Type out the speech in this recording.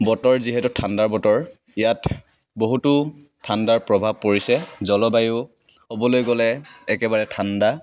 বতৰ যিহেতু ঠাণ্ডাৰ বতৰ ইয়াত বহুতো ঠাণ্ডাৰ প্ৰভাৱ পৰিছে জলবায়ু ক'বলৈ গ'লে একেবাৰে ঠাণ্ডা